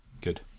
good